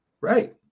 Right